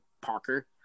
Parker